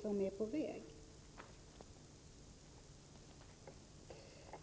som är på väg.